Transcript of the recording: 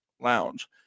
Lounge